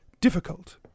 difficult